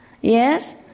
Yes